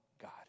God